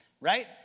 right